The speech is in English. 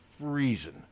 freezing